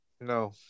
no